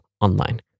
online